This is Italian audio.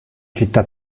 città